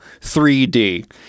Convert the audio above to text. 3D